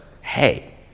hey